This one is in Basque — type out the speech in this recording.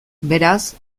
beraz